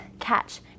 catch